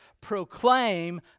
proclaim